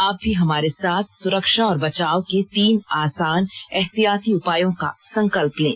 आप भी हमारे साथ सुरक्षा और बचाव के तीन आसान एहतियाती उपायों का संकल्प लें